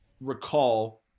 recall